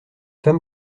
femme